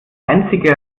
einzige